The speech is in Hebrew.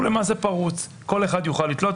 הוא למעשה פרוץ, כל אחד יוכל לתלות.